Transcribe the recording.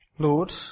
Lord